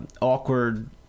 awkward